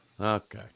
Okay